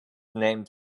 named